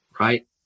Right